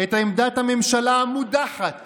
את עמדת הממשלה המודחת